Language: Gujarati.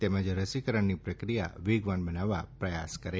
તેમજ રસીકરણની પ્રક્રિયા વેગવાન બનાવવા પ્રયાસ કરે